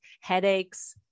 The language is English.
headaches